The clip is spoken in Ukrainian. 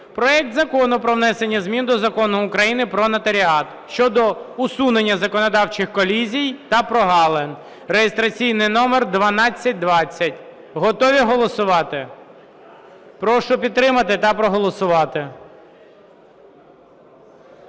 проект Закону про внесення змін до Закону України "Про нотаріат" (щодо усунення законодавчих колізій та прогалин) (реєстраційний номер 1220). Готові голосувати? Прошу підтримати та проголосувати.